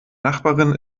nachbarin